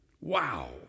Wow